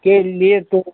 के लिए तो